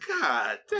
God